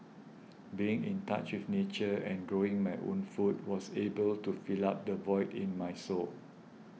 being in touch with nature and growing my own food was able to fill up the void in my soul